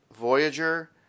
Voyager